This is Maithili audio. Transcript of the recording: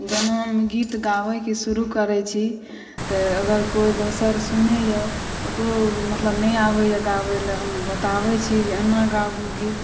जब हम गीत गाबैके शुरू करै छी तऽ अगर केओ दोसर सुनैए ओकरो मतलब नहि आबैए गाबैलए हम बताबै छी एना गाबू गीत